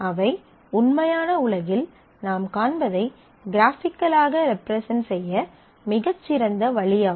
அவை உண்மையான உலகில் நாம் காண்பதை க்ராபிக்கல்லாக ரெப்ரசன்ட் செய்ய மிகச் சிறந்த வழி ஆகும்